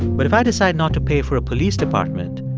but if i decide not to pay for a police department,